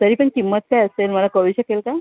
तरी पण किंमत काय असेल मला कळू शकेल का